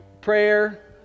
prayer